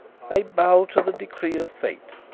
i bow to the decree of fate,